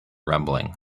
rumbling